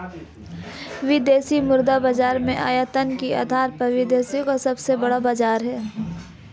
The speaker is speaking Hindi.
विदेशी मुद्रा बाजार आयतन के आधार पर विश्व का सबसे बड़ा बाज़ार है